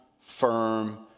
firm